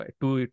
two